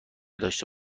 داشته